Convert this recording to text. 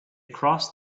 crossed